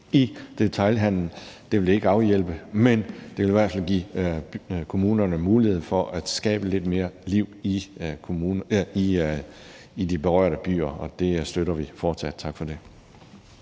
Det vil det ikke afhjælpe, men det vil i hvert fald give kommunerne mulighed for at skabe lidt mere liv i de berørte byer, og det støtter vi fortsat. Tak for det.